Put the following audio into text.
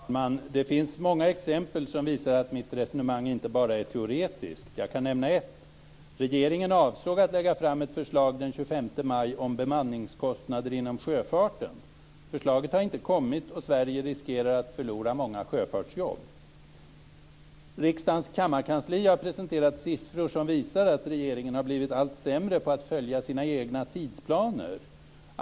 Herr talman! Det finns många exempel som visar att mitt resonemang inte bara är teoretiskt. Jag kan nämna ett. Regeringen avsåg att lägga fram ett förslag den 25 maj om bemanningskostnader inom sjöfarten. Förslaget har inte kommit, och Sverige riskerar att förlora många sjöfartsjobb. Riksdagens kammarkansli har presenterat siffror som visar att regeringen har blivit allt sämre på att följa sina egna tidsplaner.